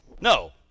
no